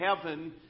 heaven